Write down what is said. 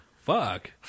fuck